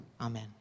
Amen